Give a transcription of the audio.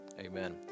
Amen